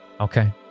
Okay